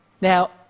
Now